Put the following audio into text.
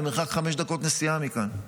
במרחק חמש דקות נסיעה מכאן?